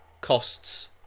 costs